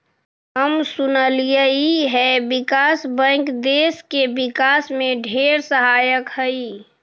हम सुनलिअई हे विकास बैंक देस के विकास में ढेर सहायक हई